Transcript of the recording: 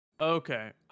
Okay